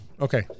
Okay